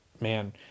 man